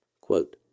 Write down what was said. quote